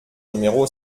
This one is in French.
numéro